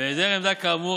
בהיעדר עמדה כאמור,